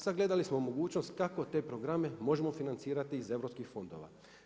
Sagledali smo mogućnost kako te programe možemo financirati iz europskih fondova.